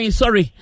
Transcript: sorry